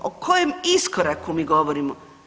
O kojem iskoraku mi govorimo?